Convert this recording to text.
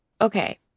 Okay